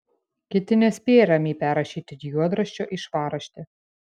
kiti nespėja ramiai perrašyti juodraščio į švarraštį